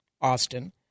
Austin